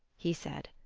he said.